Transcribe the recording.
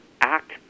act